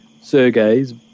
Sergei's